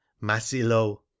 Masilo